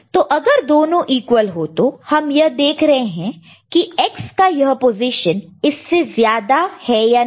तो अगर दोनों इक्वल हो तो हम यह देख रहे हैं की X का यह पोजीशन इससे ज्यादा है या नहीं